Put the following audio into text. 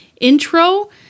intro